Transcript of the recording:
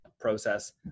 process